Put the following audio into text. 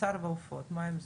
בשר ועופות, מה עם זה?